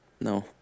No